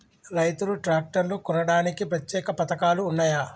రైతులు ట్రాక్టర్లు కొనడానికి ప్రత్యేక పథకాలు ఉన్నయా?